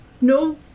no